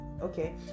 Okay